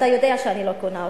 אתה יודע שאני לא קונה אותה.